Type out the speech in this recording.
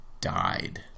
died